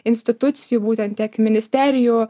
institucijų būtent tiek ministerijų